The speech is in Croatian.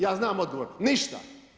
Ja znam odgovor, ništa.